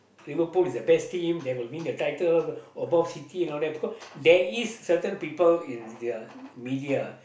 Liverpool is the best team that will win the title of above City you know that because there is certain people in the media